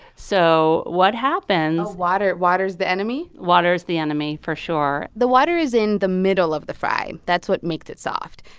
so what happens? oh, water's the enemy? water's the enemy, for sure the water is in the middle of the fry that's what makes it soft.